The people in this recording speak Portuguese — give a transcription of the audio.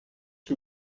que